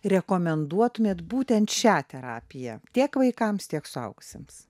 rekomenduotumėt būtent šią terapiją tiek vaikams tiek suaugusiems